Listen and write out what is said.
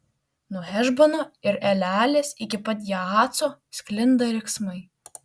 nuo hešbono ir elealės iki pat jahaco sklinda riksmai